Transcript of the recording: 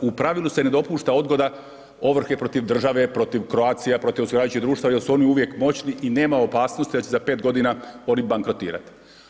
U pravilu se ne dopušta odgoda ovrhe protiv države, protiv Croatia, protiv osiguravajućih društava jer su oni uvijek moćni i nema opasnosti da će za 5 godina oni bankrotirati.